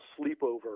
sleepover